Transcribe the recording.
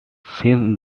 since